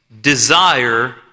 desire